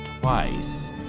twice